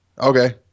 Okay